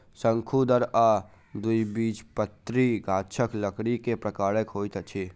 शंकुधर आ द्विबीजपत्री गाछक लकड़ी के प्रकार होइत अछि